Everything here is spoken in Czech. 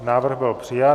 Návrh byl přijat.